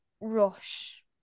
rush